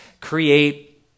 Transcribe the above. create